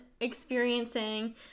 experiencing